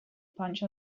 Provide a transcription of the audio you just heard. punch